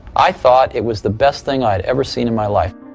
i thought it was the best thing i'd ever seen in my life.